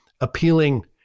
appealing